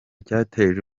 cyateje